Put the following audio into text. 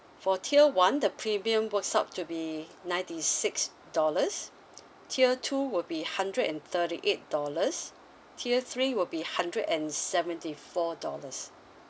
for tier one the premium works out to be ninety six dollars tier two would be hundred and thirty eight dollars tier three will be hundred and seventy four dollars